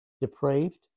Depraved